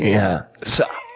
yeah. so